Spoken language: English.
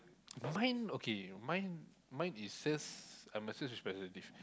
mine okay mine mine is sales I'm a sales representative